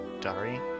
Dari